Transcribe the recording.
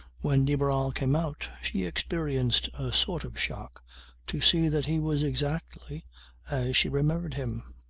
when de barral came out she experienced a sort of shock to see that he was exactly as she remembered him.